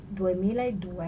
2002